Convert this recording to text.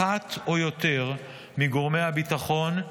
אחת או יותר, מגורמי הביטחון,